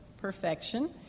perfection